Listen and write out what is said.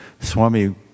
Swami